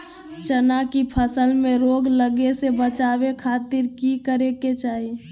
चना की फसल में रोग लगे से बचावे खातिर की करे के चाही?